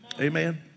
Amen